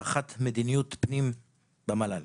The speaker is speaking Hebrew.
רח"ט מדיניות פנים במל"ל.